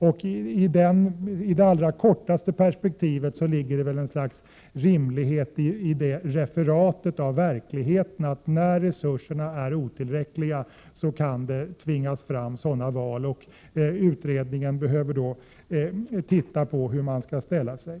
I det allra kortaste perspektivet ligger det väl ett slags rimlighet i detta referat av verkligheten, dvs. att sådana val kan tvingas fram när resurserna är otillräckliga. Utredningen behöver därför studera vilken ståndpunkt som skall intas i dessa fall.